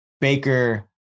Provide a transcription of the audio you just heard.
Baker